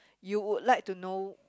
you would like to know